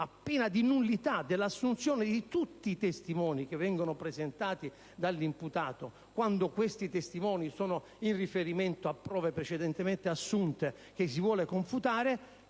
a pena di nullità, dell'assunzione di tutti i testimoni che vengono presentati dall'imputato quando questi testimoni sono in riferimento a prove precedentemente assunte che si vuole confutare,